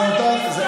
ינון,